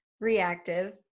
reactive